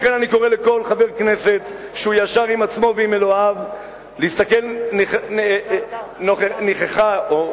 לכן אני קורא לכל חבר כנסת שהוא ישר עם עצמו ועם אלוהיו להסתכל נכחה או,